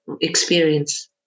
experience